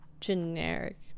generic